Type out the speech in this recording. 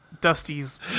Dusty's